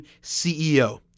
CEO